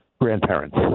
grandparents